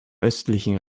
östlichen